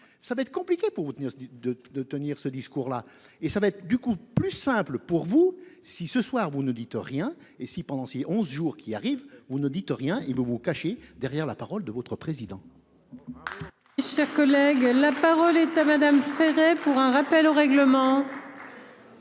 vous tenir de tenir ce discours là et ça va être du coup plus simple pour vous si ce soir vous ne dites rien et si pendant si 11 jours qui arrive, vous ne dites rien il vous vous cachez derrière la parole de votre président.